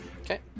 okay